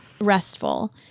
restful